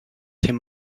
him